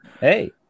Hey